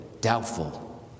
doubtful